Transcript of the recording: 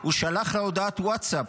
הוא שלח לה הודעת ווטסאפ,